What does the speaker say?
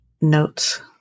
notes